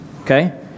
okay